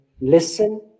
listen